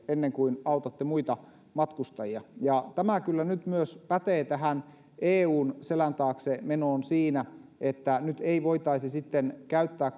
ennen kuin autetaan muita matkustajia ja tämä kyllä nyt pätee myös tähän eun selän taakse menoon siinä että nyt ei sitten voitaisi käyttää